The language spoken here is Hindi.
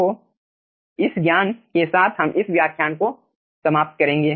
तो इस ज्ञान के साथ हम इस व्याख्यान को समाप्त करेंगे